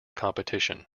competition